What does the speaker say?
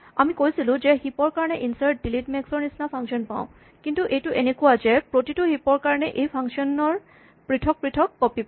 আমি কৈছিলোঁ যে আমি হিপ ৰ কাৰণে ইনচাৰ্ট ডিলিট মেক্স ৰ নিচিনা ফাংচন পাওঁ কিন্তু এইটো এনেকুৱা যে আমি প্ৰতিটো হিপ ৰ কাৰণে এই ফাংচন ৰ পৃথক পৃথক কপি পাওঁ